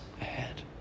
ahead